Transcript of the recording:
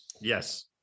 yes